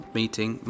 meeting